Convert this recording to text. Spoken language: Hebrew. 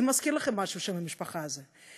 האם מזכיר לכם משהו שם המשפחה הזה?